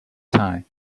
time